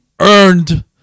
earned